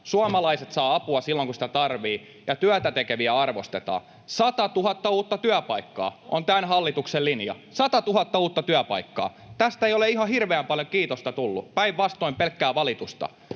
Suomalaiset saavat apua silloin, kun sitä tarvitsevat, ja työtä tekeviä arvostetaan. 100 000 uutta työpaikkaa on tämän hallituksen linja — 100 000 uutta työpaikkaa. Tästä ei ole ihan hirveän paljon kiitosta tullut, päinvastoin pelkkää valitusta.